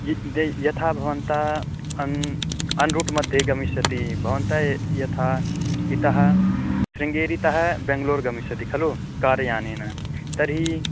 य् देय् यथा भवन्तः अन् अन्रूट्मध्ये गमिष्यति भवन्तः यथा इतः शृङ्गेरितः बेङ्ळूर् गमिष्यति खलु कार्यानेन तर्हि